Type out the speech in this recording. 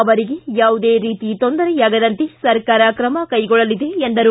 ಅವರಿಗೆ ಯಾವುದೇ ರೀತಿ ತೊಂದರೆಯಾಗದಂತೆ ಸರ್ಕಾರ ಕ್ರಮ ಕೈಗೊಳ್ಳಲಿದೆ ಎಂದರು